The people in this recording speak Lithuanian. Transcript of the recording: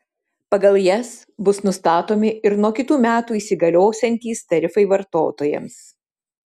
pagal jas bus nustatomi ir nuo kitų metų įsigaliosiantys tarifai vartotojams